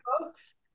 folks